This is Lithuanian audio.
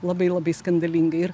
labai labai skandalingai ir